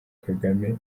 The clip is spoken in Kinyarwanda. kagame